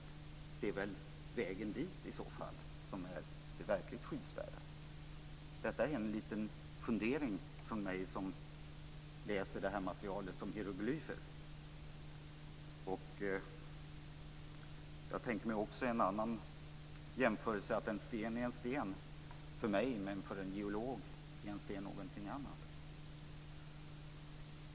I så fall är det väl vägen dit som är det verkligt skyddsvärda. Detta är en liten fundering från mig som läser det här materialet som om det vore hieroglyfer. Jag tänker mig också en annan jämförelse, att en sten är sten för mig, men för en geolog är en sten något annat.